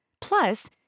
Plus